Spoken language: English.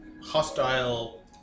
hostile